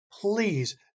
please